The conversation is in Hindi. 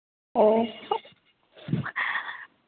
यह